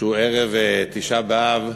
שהוא ערב תשעה באב,